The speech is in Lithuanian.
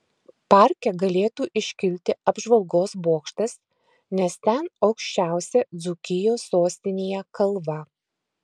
parke galėtų iškilti apžvalgos bokštas nes ten aukščiausia dzūkijos sostinėje kalva